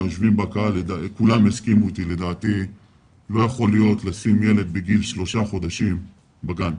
לדעתי כולם יסכימו אתי שלא יכול להיות ששמים ילד בגיל שלושה חודשים בגן.